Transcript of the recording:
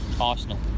Arsenal